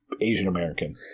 Asian-American